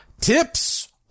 Tips